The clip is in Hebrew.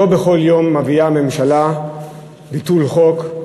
לא בכל יום מביאה הממשלה ביטול חוק,